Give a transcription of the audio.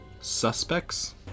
suspects